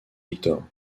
victor